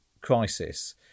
crisis